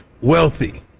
wealthy